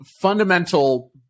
fundamental